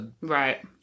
Right